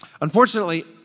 Unfortunately